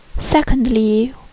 secondly